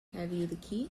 when